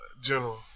General